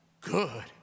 good